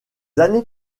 années